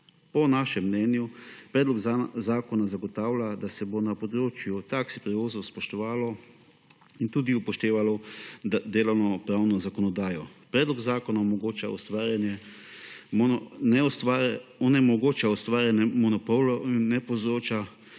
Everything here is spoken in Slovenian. Po našem mnenju, predlog zakona zagotavlja, da se bo na področju taksi prevozov spoštovalo in tudi upoštevalo delovno pravno zakonodajo. Predlog zakona onemogoča ustvarjanje monopolov in ne povzroča